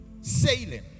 sailing